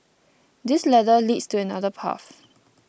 this ladder leads to another path